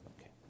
okay